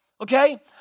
Okay